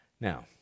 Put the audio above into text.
Now